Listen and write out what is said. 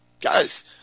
guys